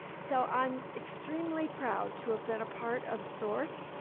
so, i'm extremely proud to have been a part of source,